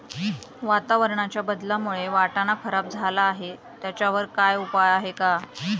वातावरणाच्या बदलामुळे वाटाणा खराब झाला आहे त्याच्यावर काय उपाय आहे का?